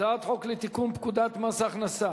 הצעת חוק לתיקון פקודת מס הכנסה